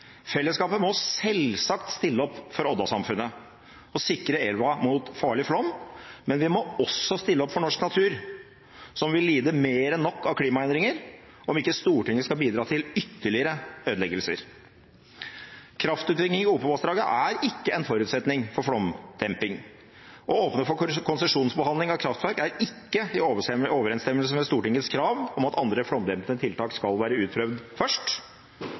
Fellesskapet må selvsagt stille opp for Odda-samfunnet og sikre elva mot farlig flom, men vi må også stille opp for norsk natur, som vil lide mer enn nok på grunn av klimaendringer om ikke Stortinget skal bidra til ytterligere ødeleggelser. Kraftutbygging i Opovassdraget er ikke en forutsetning for flomdemping. Å åpne for konsesjonsbehandling av kraftverk er ikke i overensstemmelse med Stortingets krav om at andre flomdempende tiltak skal være utprøvd først.